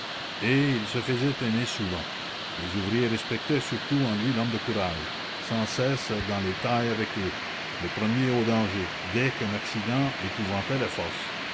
et il se faisait aimer souvent les ouvriers respectaient surtout en lui l'homme de courage sans cesse dans les tailles avec eux le premier au danger dès qu'un accident épouvantait la fosse